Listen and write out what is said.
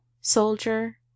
Soldier